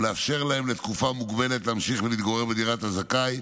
ולאפשר להם לתקופה מוגבלת להמשיך ולהתגורר בדירת הזכאי,